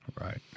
Right